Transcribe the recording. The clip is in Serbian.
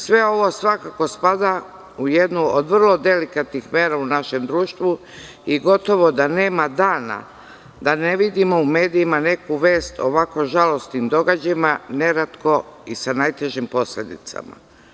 Sve ovo svakako spada u jednu od vrlo delikatnih mera u našem društvu i gotovo da nema dana da ne vidimo u medijima neku vest o ovako žalosnim događajima, neretko i sa najtežim posledicama.